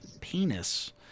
penis